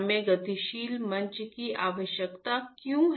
हमें गतिशील मंच की आवश्यकता क्यों है